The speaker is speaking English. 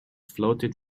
floated